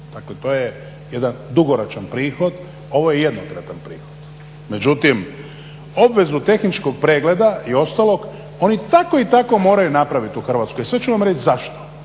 Dakle to je jedan dugoročan prihod. Ovo je jednokratan prihod, međutim obvezu tehničkog pregleda i ostalog oni tako i tako moraju napraviti u Hrvatskoj, sada ću vam reći zašto.